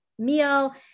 meal